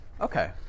okay